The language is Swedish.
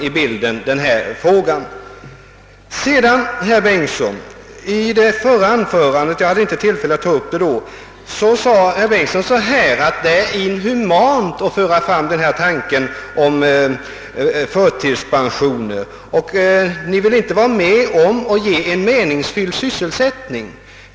I sitt förra anförande sade herr Bengtsson — jag hade inte tillfälle att ta upp saken i mitt tidigare inlägg — att det är inhumant att föra fram denna tanke om förtidspension, och herr Bengtsson hävdade att vi inte vill vara med om att ge vederbörande en meningsfylld sysselsättning.